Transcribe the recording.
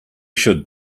should